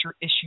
issue